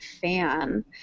fan